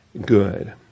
good